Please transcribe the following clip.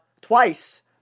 twice